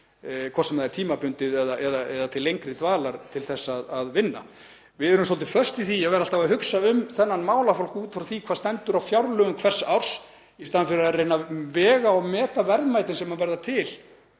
hvort sem það er tímabundið eða til lengri dvalar, til að vinna. Við erum svolítið föst í því að vera alltaf að hugsa um þennan málaflokk út frá því hvað stendur á fjárlögum hvers árs í staðinn fyrir að reyna að vega og meta verðmætin sem verða til